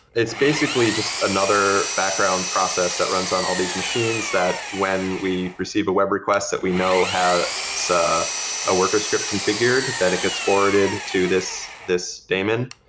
it's basically just another background process that runs on all these machines that when we receive a web request that we know has so a worker script configured, that it gets forwarded to this this daemon.